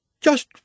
Just